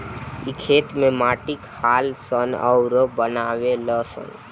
इ खेत में माटी खालऽ सन अउरऊ बनावे लऽ सन